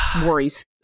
worries